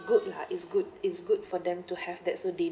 good lah it's good it's good for them to have that so they